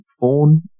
phone